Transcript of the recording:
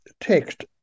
text